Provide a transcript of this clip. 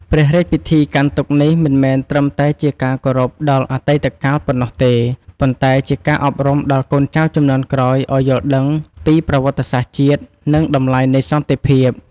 ព្រះរាជពិធីកាន់ទុក្ខនេះមិនមែនត្រឹមតែជាការគោរពដល់អតីតកាលប៉ុណ្ណោះទេ ប៉ុន្តែជាការអប់រំដល់កូនចៅជំនាន់ក្រោយឱ្យយល់ដឹងពីប្រវត្តិសាស្ត្រជាតិ និងតម្លៃនៃសន្តិភាព។